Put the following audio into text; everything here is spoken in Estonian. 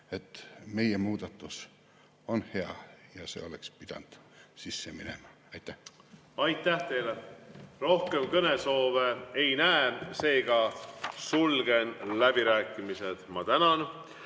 et meie muudatus[ettepanek] on hea ja see oleks pidanud sisse minema. Aitäh! Aitäh teile! Rohkem kõnesoove ei näe, seega sulgen läbirääkimised.